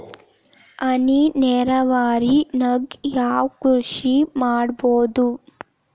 ಹನಿ ನೇರಾವರಿ ನಾಗ್ ಯಾವ್ ಕೃಷಿ ಮಾಡ್ಬೋದು?